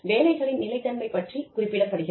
வேலைகளின் நிலைத்தன்மை பற்றிக் குறிப்பிடப்படுகிறது